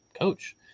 coach